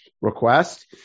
request